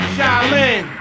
Shaolin